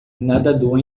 nadador